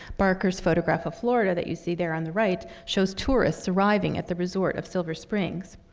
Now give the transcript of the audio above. barker's photograph of florida that you see there on the right shows tourists arriving at the resort of silver springs,